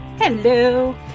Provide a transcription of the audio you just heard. Hello